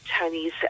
Chinese